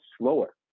slower